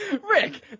Rick